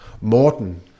Morton